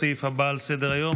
הסעיף הבא על סדר-היום,